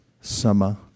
sama